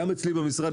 גם אצלי במשרד,